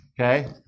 Okay